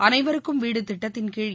அனைவருக்கும் வீடு திட்டத்தின்கீழ்